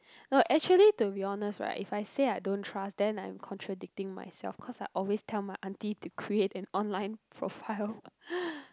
well actually to be honest right if I say I don't trust then I'm contradicting myself cause I always tell my auntie to create an online profile